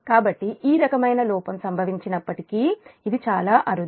కాబట్టి ఈ రకమైన లోపం సంభవించినప్పటికీ ఇది చాలా అరుదు